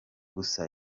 gusa